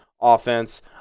offense